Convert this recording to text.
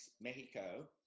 Mexico